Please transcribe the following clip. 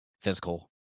physical